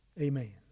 Amen